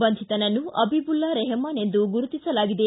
ಬಂಧಿತನನ್ನು ಅಬಿಬುಲ್ಲಾ ರೆಹಮಾನ್ ಎಂದು ಗುರುತಿಸಲಾಗಿದೆ